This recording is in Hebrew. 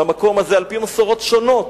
והמקום הזה, על-פי מסורות שונות,